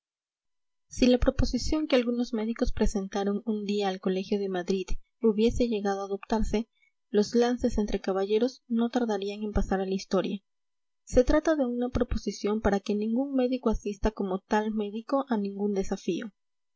si la proposición que algunos médicos presentaron un día al colegio de madrid hubiese llegado a adoptarse los lances entre caballeros no tardarían en pasar a la historia se trata de una proposición para que ningún médico asista como tal médico a ningún desafío